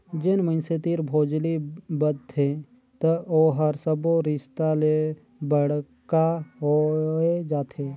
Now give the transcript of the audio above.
जेन मइनसे तीर भोजली बदथे त ओहर सब्बो रिस्ता ले बड़का होए जाथे